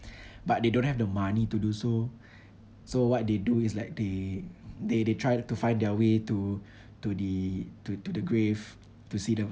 but they don't have the money to do so so what they do is like they they they try to find their way to to the to to the grave to see the